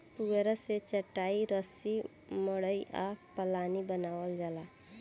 पुआरा से चाटाई, रसरी, मड़ई आ पालानी बानावल जाला